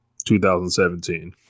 2017